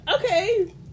Okay